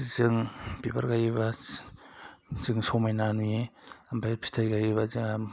जों बिबार गायोब्ला जों समायना नुयो ओमफ्राय फिथाइ गायोब्ला जोंहा